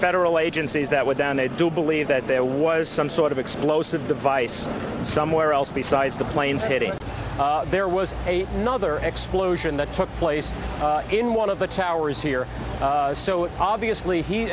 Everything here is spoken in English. federal agencies that were down they do believe that there was some sort of explosive device somewhere else besides the planes hitting there was a nother explosion that took place in one of the towers here so obviously he